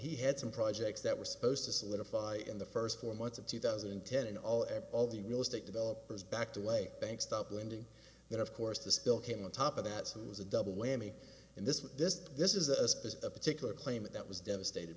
he had some projects that were supposed to solidify in the first four months of two thousand and ten and all and all the real estate developers backed away banks stop lending then of course the still came on top of that some was a double whammy and this was this this is a space a particular claim that was devastated